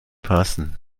passen